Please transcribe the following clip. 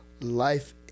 life